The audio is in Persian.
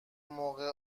موقع